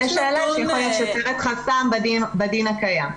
זו שאלה שיכול להיות שתהיה חסם בדין הקיים.